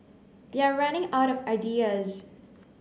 they're running out of ideas